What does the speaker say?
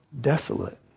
desolate